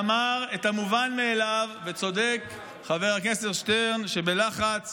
שאמר את המובן מאליו, וצודק חבר הכנסת שטרן שבלחץ